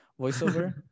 voiceover